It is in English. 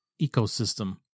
ecosystem